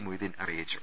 മൊയ്തീൻ അറിയിച്ചു